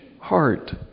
heart